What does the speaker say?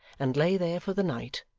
and lay there for the night,